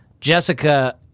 Jessica